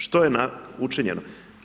Što je učinjeno?